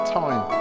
time